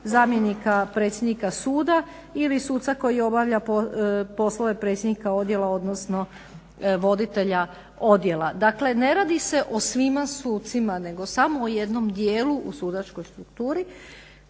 zamjenika predsjednika suda ili suca koji obavlja poslove predsjednika odjela odnosno voditelja odjela. Dakle ne radi se o svima sucima nego o samo jednom dijelu u sudačkoj strukturi